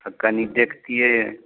तऽ कनी देखतियै